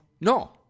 No